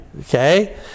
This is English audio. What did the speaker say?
Okay